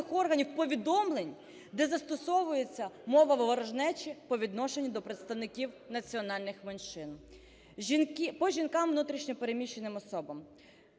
органів повідомлень, де застосовується мова ворожнечі по відношенню до представників національних меншин. По жінкам-внутрішньо переміщеним особам